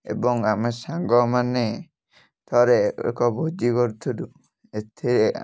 ଏବଂ ଆମେ ସାଙ୍ଗମାନେ ଥରେ ଏକ ଭୋଜି କରୁଥିଲୁ ଏଥିରେ